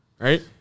right